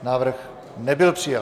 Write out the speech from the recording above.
Návrh nebyl přijat.